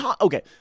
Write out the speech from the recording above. Okay